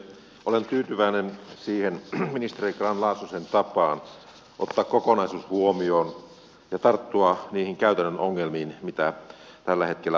olen tyytyväinen ministeri grahn laasosen tapaan ottaa kokonaisuus huomioon ja tarttua niihin käytännön ongelmiin mitä tällä hetkellä on